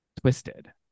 twisted